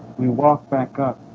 we walked back up